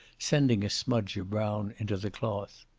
sending a smudge of brown into the cloth.